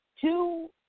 Two